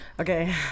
okay